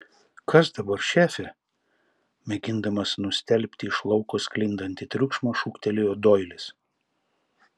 kas dabar šefe mėgindamas nustelbti iš lauko sklindantį triukšmą šūktelėjo doilis